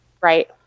Right